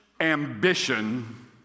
ambition